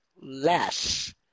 less